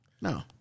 No